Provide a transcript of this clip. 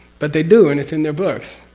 but they do and it's in their books,